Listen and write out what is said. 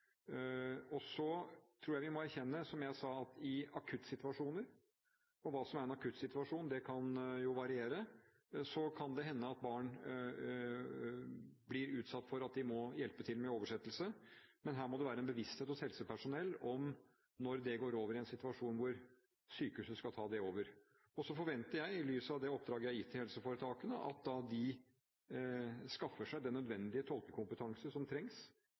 viktige. Så tror jeg vi må erkjenne, som jeg sa, at i akuttsituasjoner – og hva som er en akuttsituasjon kan jo variere – kan det hende at barn blir utsatt for at de må hjelpe til med oversettelse, men her må det være en bevissthet hos helsepersonell om når det går over i en situasjon hvor sykehuset skal ta over. Så forventer jeg, i lys av det oppdraget jeg har gitt til helseforetakene, at de skaffer seg den nødvendige tolkekompetansen som trengs